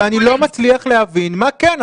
לא, אני לא מצליח להבין מה כן.